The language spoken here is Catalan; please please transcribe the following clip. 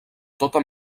tota